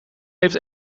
heeft